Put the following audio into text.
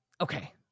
Okay